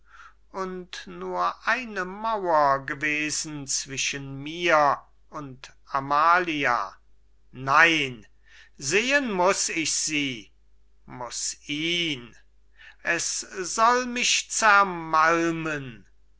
und nur eine mauer gewesen zwischen mir und amalia nein sehen muß ich sie muß ich ihn es soll mich zermalmen